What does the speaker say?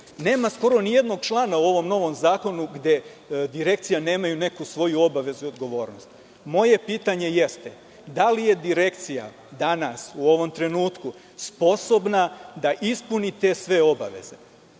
Nema skoro ni jednog člana u ovom novom zakonu gde Direkcije nemaju neku svoju obavezu i odgovornost. Moje pitanje jeste – da li je Direkcija danas u ovom trenutku sposobna da ispuni te sve obaveze?